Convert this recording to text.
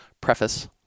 Preface